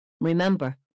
Remember